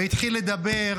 והתחיל לדבר,